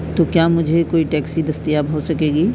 تو کیا مجھے کوئی ٹیکسی دستیاب ہوسکے گی